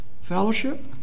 fellowship